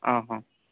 ᱚ ᱦᱚᱸ